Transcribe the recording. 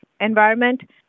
environment